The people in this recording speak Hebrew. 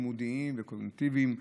כולל קשיים לימודיים וקוגניטיביים.